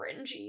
cringy